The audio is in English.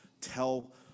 tell